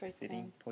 sitting